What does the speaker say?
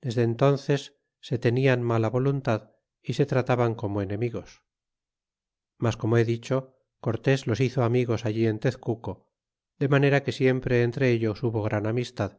desde entánces se tenian mala voluntad y se tratabin como enemigos mas como he dicho cortés los hizo amigos allí en tezcuco de manera que siempre entre ellos hubo gran amistad